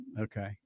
Okay